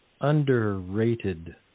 underrated